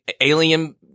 alien